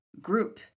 group